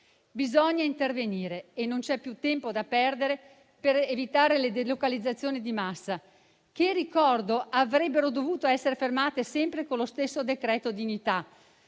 Bisogna intervenire, non c'è più tempo da perdere, per evitare le delocalizzazioni di massa che, ricordo, avrebbero dovuto essere fermate sempre con il cosiddetto decreto dignità.